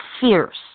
fierce